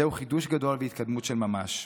זהו חידוש גדול והתקדמות של ממש.